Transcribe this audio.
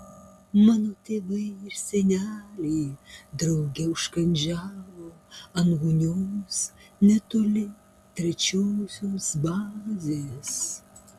mano tėvai ir seneliai drauge užkandžiavo ant gūnios netoli trečiosios bazės